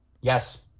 yes